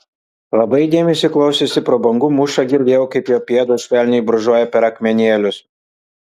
labai įdėmiai įsiklausiusi pro bangų mūšą girdėjau kaip jo pėdos švelniai brūžuoja per akmenėlius